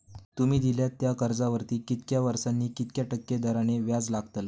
तुमि दिल्यात त्या कर्जावरती कितक्या वर्सानी कितक्या टक्के दराने व्याज लागतला?